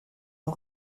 nos